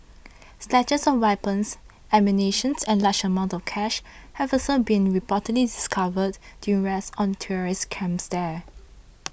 stashes of weapons ammunition and large amounts of cash have also been reportedly discovered during raids on terrorist camps there